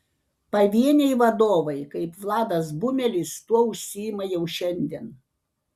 pavieniai vadovai kaip vladas bumelis tuo užsiima jau šiandien